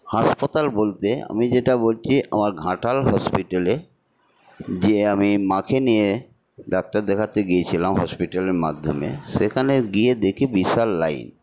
হাসপাতাল বলতে আমি যেটা বলছি আমার ঘাটাল হসপিটালে যে আমি মাকে নিয়ে ডাক্তার দেখাতে গিয়েছিলাম হসপিটালের মাধ্যমে সেখানে গিয়ে দেখি বিশাল লাইন